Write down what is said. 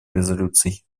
резолюций